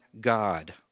God